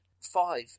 five